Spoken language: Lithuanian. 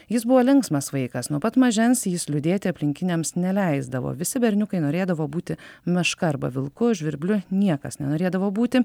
jis buvo linksmas vaikas nuo pat mažens jis liūdėti aplinkiniams neleisdavo visi berniukai norėdavo būti meška arba vilku žvirbliu niekas nenorėdavo būti